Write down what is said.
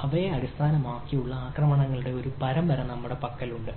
മുതലായവയെ അടിസ്ഥാനമാക്കിയുള്ള ആക്രമണങ്ങളുടെ ഒരു പരമ്പര നമ്മളുടെ പക്കലുണ്ട്